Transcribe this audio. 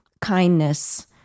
kindness